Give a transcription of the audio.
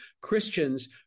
Christians